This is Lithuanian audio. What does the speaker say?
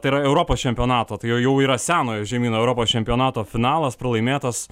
tai yra europos čempionato tai jau yra senojo žemyno europos čempionato finalas pralaimėtas